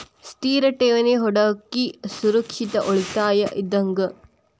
ಸ್ಥಿರ ಠೇವಣಿ ಹೂಡಕಿ ಸುರಕ್ಷಿತ ಉಳಿತಾಯ ಇದ್ದಂಗ